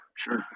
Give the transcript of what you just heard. Sure